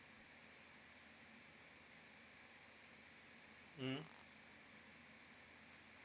mm